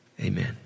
amen